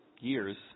years